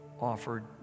Offered